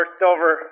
silver